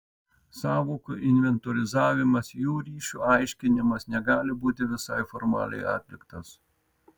sąvokų inventorizavimas jų ryšių aiškinimas negali būti visai formaliai atliktas